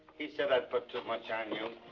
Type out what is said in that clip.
he said i'd put too much on you.